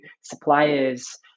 suppliers